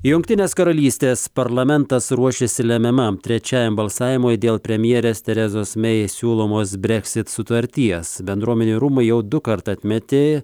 jungtinės karalystės parlamentas ruošiasi lemiamam trečiajam balsavimui dėl premjerės terezos mei siūlomos breksit sutarties bendruomenių rūmai jau dukart atmetė